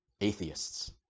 atheists